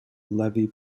levy